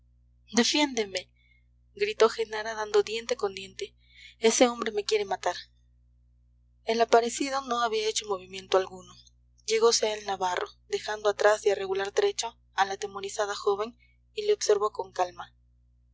defiéndeme gritó genara dando diente con diente ese hombre me quiere matar el aparecido no había hecho movimiento alguno llegose a él navarro dejando atrás y a regular trecho a la atemorizada joven y le observó con calma